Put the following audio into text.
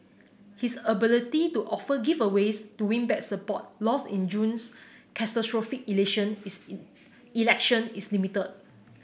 his ability to offer giveaways to win back support lost in June's catastrophic election is limited